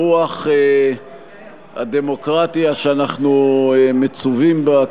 ברוח הדמוקרטיה שאנחנו מצווים בה,